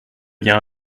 bien